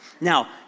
Now